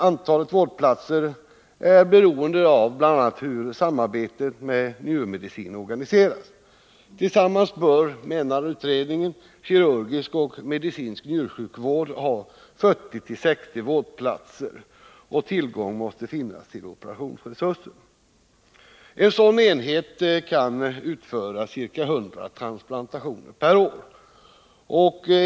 Antalet vårdplatser är beroende av bl.a. hur samarbetet med njurmedicinen organiseras. Tillsammans bör, menar utredningen, kirurgisk och medicinsk njursjukvård ha 40-60 vårdplatser, och tillgång till operationsresurser måste finnas. En sådan enhet kan utföra ca 100 transplantationer per år.